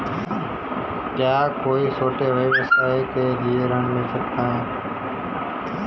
क्या कोई छोटे व्यवसाय के लिए ऋण मिल सकता है?